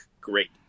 great